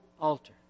altar